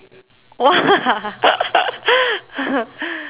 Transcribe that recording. !wah!